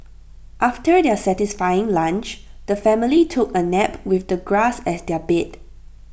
after their satisfying lunch the family took A nap with the grass as their bed